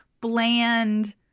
bland